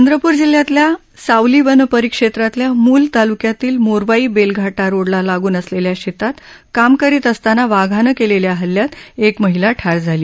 चंद्रपूर जिल्ह्यातल्या सावली वन परिक्षेत्रातल्या मूल तालुक्यातील मोरवाई बेलघाटा रोडला लागून असलेल्या शेतात काम करीत असतांना वाघानं केलेल्या हल्ल्यात एक महिला ठार झाली